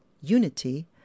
unity